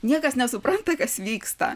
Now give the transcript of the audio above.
niekas nesupranta kas vyksta